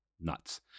Nuts